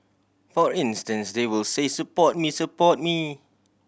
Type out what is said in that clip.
for instance they will say support me support me